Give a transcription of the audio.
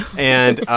and.